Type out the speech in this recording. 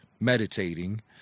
meditating